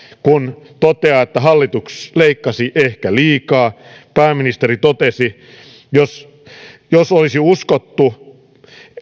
kun hän toteaa että hallitus leikkasi ehkä liikaa pääministeri totesi että jos olisi uskottu